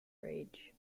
rage